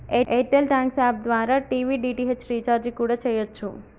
air tell thanks app ద్వారా TV DTH recharge కూడా చెయ్యచ్చు